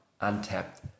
untapped